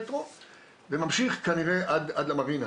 וממשיך כנראה עד למרינה.